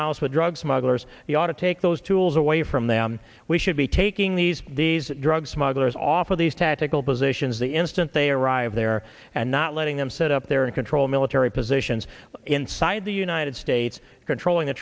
mouse with drug smugglers we ought to take those tools away from them we should be taking these these drug smugglers off of these tactical positions the instant they arrive there and not letting them set up there and control military positions inside the united states controlling the